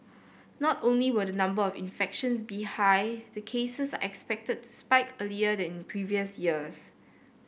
not only will the number of infections be high the cases are expected to spike earlier than in previous years